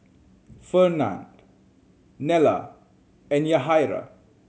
Fernand Nella and Yahaira